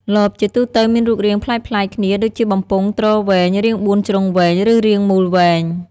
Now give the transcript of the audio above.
លបជាទូទៅមានរូបរាងប្លែកៗគ្នាដូចជាបំពង់ទ្រវែង រាងបួនជ្រុងវែង ឬរាងមូលវែង។